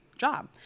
job